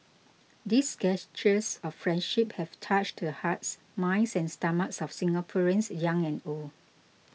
these gestures of friendship have touched the hearts minds and stomachs of Singaporeans young and old